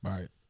Right